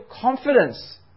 confidence